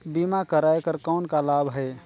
बीमा कराय कर कौन का लाभ है?